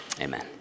amen